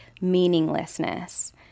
meaninglessness